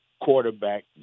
quarterback